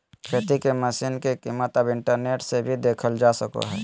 खेती के मशीन के कीमत अब इंटरनेट से भी देखल जा सको हय